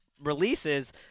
releases